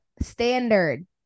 standard